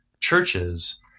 Churches